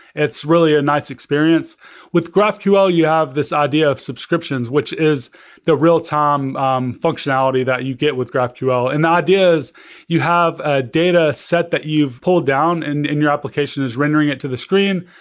it's really a nice experience with graphql, you have this idea of subscriptions, which is the real-time um functionality that you get with graphql. and the idea is you have a data set that you've pulled down and and your application is rendering it to the screen.